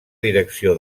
direcció